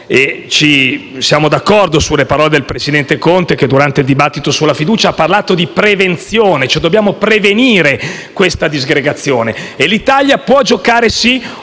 Siamo d'accordo con le parole del presidente Conte che, durante il dibattito sulla fiducia, ha parlato di prevenzione, e cioè dobbiamo prevenire questa disgregazione e l'Italia può giocare un